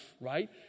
right